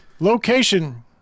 Location